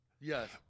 Yes